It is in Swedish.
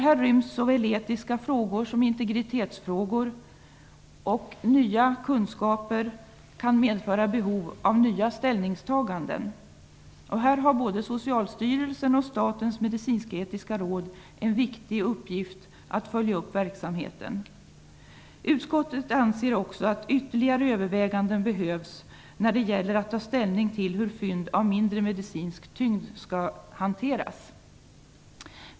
Här ryms såväl etiska frågor som integritetsfrågor, och nya kunskaper kan medföra behov av nya ställningstaganden. Här har både Socialstyrelsen och Statens medicinsk-etiska råd en viktig uppgift att följa upp verksamheten. Utskottet anser också att ytterligare överväganden behövs när det gäller att ta ställning till hur fynd av mindre medicinsk tyngd skall hanteras.